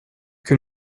que